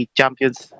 Champions